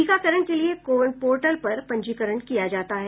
टीकाकरण के लिए कोविन पोर्टल पर पंजीकरण किया जाता है